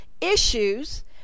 issues